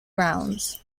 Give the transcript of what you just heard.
grounds